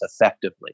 effectively